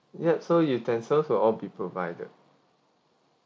yup so utensils will all be provided